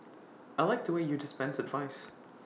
I liked the way you dispensed advice